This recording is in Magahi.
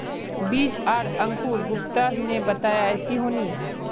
बीज आर अंकूर गुप्ता ने बताया ऐसी होनी?